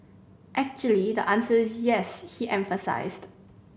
actually the answer is yes he emphasised